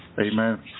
Amen